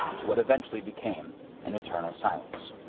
to what eventually became an eternal silence